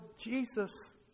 Jesus